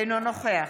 אינו נוכח